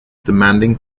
demanding